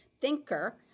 thinker